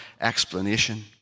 explanation